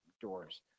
doors